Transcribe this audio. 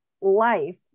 life